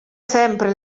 sempre